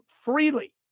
freely